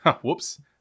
whoops